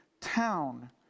town